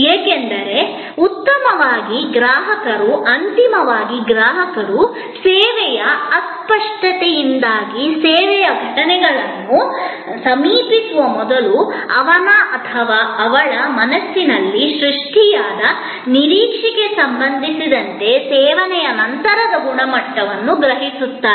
ಏಕೆಂದರೆ ಅಂತಿಮವಾಗಿ ಗ್ರಾಹಕರು ಸೇವೆಯ ಅಸ್ಪಷ್ಟತೆಯಿಂದಾಗಿ ಸೇವೆಯ ಘಟನೆಗಳನ್ನು ಸಮೀಪಿಸುವ ಮೊದಲು ಅವನ ಅಥವಾ ಅವಳ ಮನಸ್ಸಿನಲ್ಲಿ ಸೃಷ್ಟಿಯಾದ ನಿರೀಕ್ಷೆಗೆ ಸಂಬಂಧಿಸಿದಂತೆ ಸೇವನೆಯ ನಂತರದ ಗುಣಮಟ್ಟವನ್ನು ಗ್ರಹಿಸುತ್ತಾರೆ